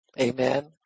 Amen